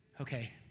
Okay